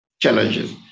challenges